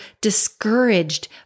discouraged